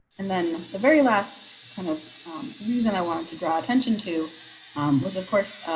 and then the very last kind of reason i wanted to draw attention to was, of course,